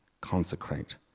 Consecrate